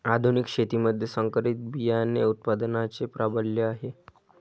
आधुनिक शेतीमध्ये संकरित बियाणे उत्पादनाचे प्राबल्य आहे